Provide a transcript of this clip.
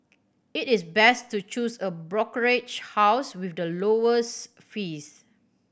it is best to choose a brokerage house with the lowest fees